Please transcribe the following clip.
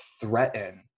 threaten